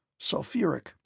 Sulfuric